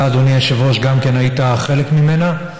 גם אתה, אדוני היושב-ראש, היית חלק ממנה.